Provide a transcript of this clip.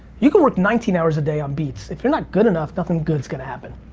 you can work nineteen hours a day on beats. if you're not good enough, nothing good's gonna happen.